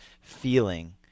feeling